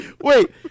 Wait